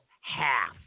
half